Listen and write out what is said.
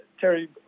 Terry